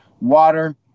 water